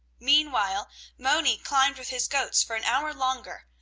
meanwhile moni climbed with his goats for an hour longer,